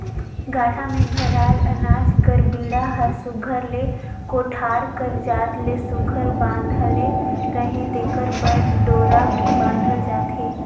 गाड़ा मे भराल अनाज कर बीड़ा हर सुग्घर ले कोठार कर जात ले सुघर बंधाले रहें तेकर बर डोरा मे बाधल जाथे